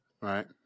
right